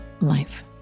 Life